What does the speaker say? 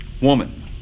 Woman